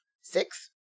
six